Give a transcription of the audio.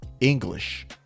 English